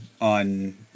on